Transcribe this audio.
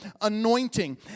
anointing